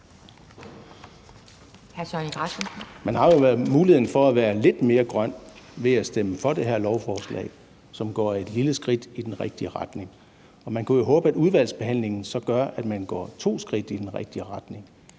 Man har jo muligheden for at være lidt mere grøn ved at stemme for det her lovforslag, som går et lille skridt i den rigtige retning, og man kunne jo håbe, at udvalgsbehandlingen så medfører, at man går to skridt i den rigtige retning.